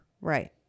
Right